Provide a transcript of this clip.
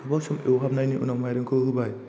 गोबाव सम एवहाबनायनि उनाव माइरंखौ होबाय